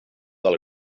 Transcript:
del